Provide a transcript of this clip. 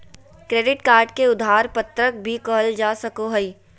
credit card के उधार पत्रक भी कहल जा सको हइ